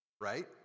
right